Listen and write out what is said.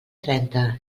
trenta